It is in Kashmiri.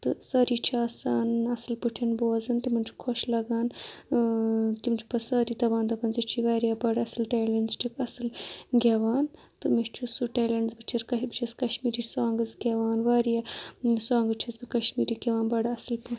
تہٕ سٲری چھِ آسان اَصٕل پٲٹھۍ بوزَان تِمَن چھُ خۄش لگان تِم چھِ پَتہٕ سٲری دَپان دَپان ژےٚ چھِ واریاہ بَڑٕ اَصٕل ٹیلیٚنٛٹ ژٕ چھَکھ اَصٕل گیٚوان تہٕ مےٚ چھُ سُہ ٹیلیٚنٹٕس بہٕ چَر کَہہِ بہٕ چھَس کشمیٖری سانٛگٕس گیٚوان واریاہ سانٛگٕس چھَس بہٕ کَشمیٖری گیٚوان بَڑٕ اَصٕل پٲٹھۍ